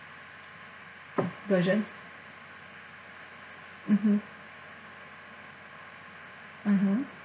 version mmhmm (uh huh)